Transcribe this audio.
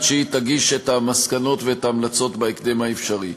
על מנת שהיא תגיש את המסקנות וההמלצות בהקדם האפשרי.